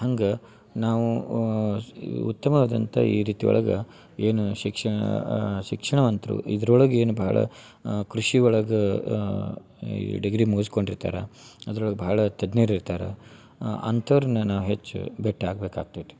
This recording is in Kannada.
ಹಂಗೆ ನಾವು ಈ ಉತ್ತಮವಾದಂಥ ಈ ರೀತಿ ಒಳಗೆ ಏನು ಶಿಕ್ಷಣ ಶಿಕ್ಷಣವಂತರು ಇದ್ರ ಒಳಗೆ ಏನು ಭಾಳ ಕೃಷಿ ಒಳಗ ಈ ಡಿಗ್ರಿ ಮುಗಸ್ಕೊಂಡು ಇರ್ತಾರೆ ಅದ್ರ ಒಳ್ಗೆ ಭಾಳ ತಜ್ಞರು ಇರ್ತಾರೆ ಅಂಥವ್ರ್ನ ನಾವು ಹೆಚ್ಚು ಭೇಟಿ ಆಗಬೇಕಾಗೈತಿ